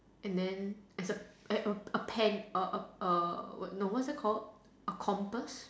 and then as a a pen err err err no what's that called a compass